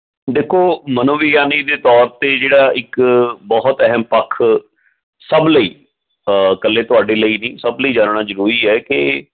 ਦੇਖੋ ਮਨੋਵਿਗਿਆਨੀ ਦੇ ਤੌਰ 'ਤੇ ਜਿਹੜਾ ਇੱਕ ਬਹੁਤ ਅਹਿਮ ਪੱਖ ਸਭ ਲਈ ਇਕੱਲੇ ਤੁਹਾਡੇ ਲਈ ਨਹੀਂ ਸਭ ਲਈ ਜਾਨਣਾ ਜ਼ਰੂਰੀ ਹੈ ਕਿ